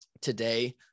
Today